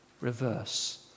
reverse